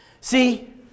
See